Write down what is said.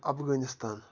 Afghanistan